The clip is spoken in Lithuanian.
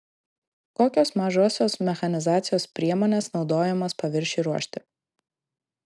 kokios mažosios mechanizacijos priemonės naudojamos paviršiui ruošti